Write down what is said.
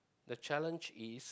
the challenge is